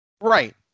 Right